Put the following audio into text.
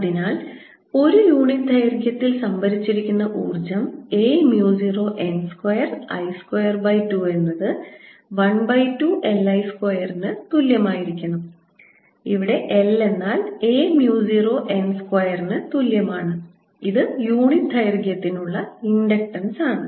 അതിനാൽ ഒരു യൂണിറ്റ് ദൈർഘ്യത്തിൽ സംഭരിച്ചിരിക്കുന്ന ഊർജ്ജം a mu 0 n square I square by 2 എന്നത് 1 by 2 L I സ്ക്വയറിന് തുല്യമായിരിക്കണം ഇത് L എന്നാൽ a mu 0 n സ്ക്വയറിന് തുല്യമാണ് ഇത് യൂണിറ്റ് ദൈർഘ്യത്തിനുള്ള ഇൻഡക്റ്റൻസ് ആണ്